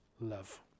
love